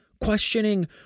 questioning